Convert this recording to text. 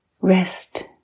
rest